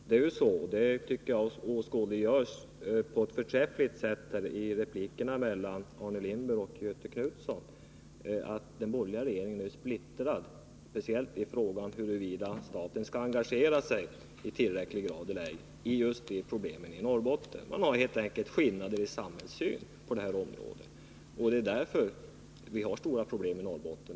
Det är ju så — det tycker jag åskådliggörs på ett förträffligt sätt av replikskiftet mellan Arne Lindberg och Göthe Knutson — att den borgerliga regeringen är splittrad speciellt i frågan huruvida staten skall engagera sig i tillräcklig grad eller ej i problemen i Norrbotten. Man har helt enkelt skillnader i samhällssynen på detta område. Det är därför vi har stora problem i Nori botten.